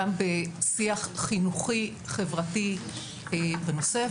גם בשיח חינוכי חברתי בנושא,